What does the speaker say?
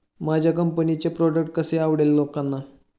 माझ्या कंपनीचे प्रॉडक्ट कसे आवडेल लोकांना?